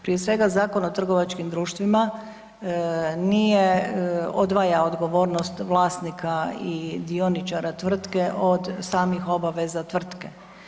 Prije svega Zakon o trgovačkim društvima nije, odvaja odgovornost vlasnika i dioničara tvrtke od samih obaveza tvrtke.